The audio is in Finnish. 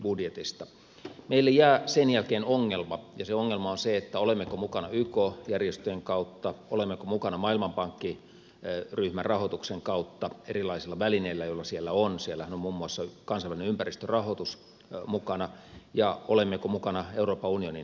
meille jää sen jälkeen ongelma ja se ongelma on se olemmeko mukana yk järjestöjen kautta olemmeko mukana maailmanpankki ryhmän rahoituksen kautta erilaisilla välineillä joita siellä on siellähän on muun muassa kansainvälinen ympäristörahoitus mukana ja olemmeko mukana euroopan unionin kehitysyhteistyössä